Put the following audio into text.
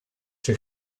czy